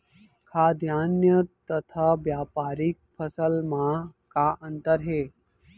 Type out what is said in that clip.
खाद्यान्न तथा व्यापारिक फसल मा का अंतर हे?